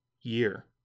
year